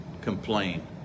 complain